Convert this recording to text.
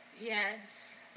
Yes